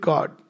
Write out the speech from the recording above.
God